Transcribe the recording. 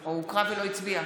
או הוקרא ולא הצביע?